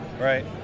Right